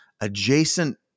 adjacent